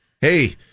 Hey